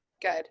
Good